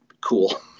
Cool